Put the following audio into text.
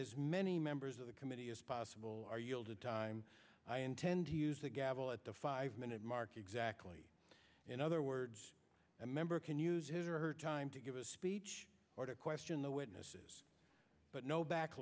is many members of the committee as possible are you time i intend to use the gavel at the five minute mark exactly in other words a member can use his or her time to give a speech or to question the witnesses but no back